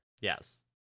Yes